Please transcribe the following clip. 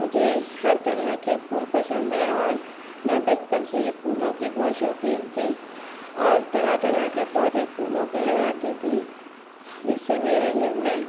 مجھے ہر طرح کے پھول پسند ہیں اور میں بچپن سے ہی پھولوں کی بہت شوقین تھی اور طرح طرح کے پودے پھولوں کے لگاتی تھی جس سے میرے گھر میں